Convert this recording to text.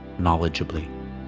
knowledgeably